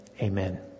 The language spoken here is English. amen